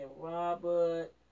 Robert